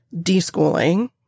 de-schooling